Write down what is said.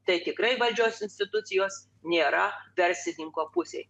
tai tikrai valdžios institucijos nėra verslininko pusėj